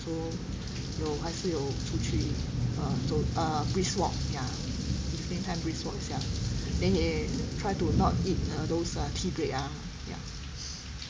so 有还是有出去 err 走 err brisk walk ya evening time brisk walk 一下 then 有 try to not eat uh those uh tea break ah